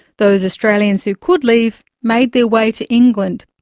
those australians who could leave made their way to england.